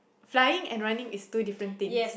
flying and running is two different things